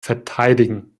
verteidigen